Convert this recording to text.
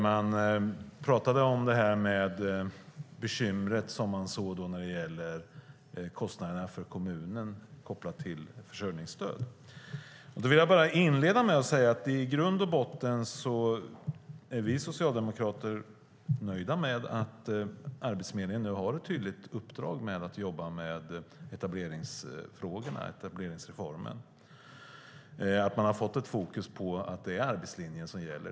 Man pratade om det bekymmer som man såg när det gäller kostnaderna för kommunen kopplat till försörjningsstöd. Jag vill bara inleda med att säga att i grund och botten är vi socialdemokrater nöjda med att Arbetsförmedlingen nu har ett tydligt uppdrag att jobba med etableringsfrågorna genom etableringsreformen, att man har fått fokus på att det är arbetslinjen som gäller.